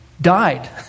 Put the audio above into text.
died